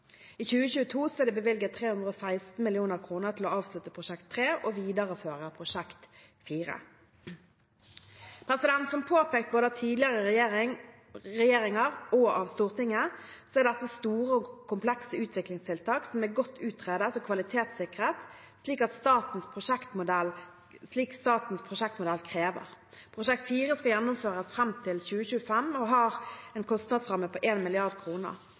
I 2022 er det bevilget 316 mill. kr til å avslutte prosjekt 3 og videreføre prosjekt 4. Som påpekt både av tidligere regjeringer og av Stortinget, er dette store og komplekse utviklingstiltak som er godt utredet og kvalitetssikret, slik statens prosjektmodell krever. Prosjekt 4 skal gjennomføres fram til 2025 og har en kostnadsramme på